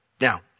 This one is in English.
Now